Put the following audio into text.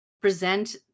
present